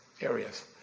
areas